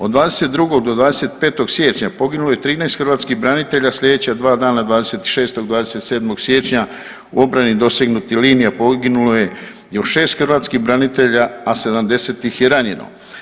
Od 22. do 25. siječnja poginulo je 13 hrvatskih branitelja sljedeća dva dana 26., 27. siječnja u obrani dosegnutih linija poginulo je još 6 hrvatskih branitelja, a 70 ih je ranjeno.